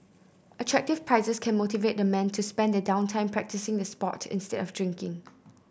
attractive prizes can motivate the men to spend their down time practising the sport instead of drinking